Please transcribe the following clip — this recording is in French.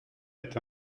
est